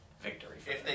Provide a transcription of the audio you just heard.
victory